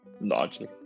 largely